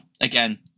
again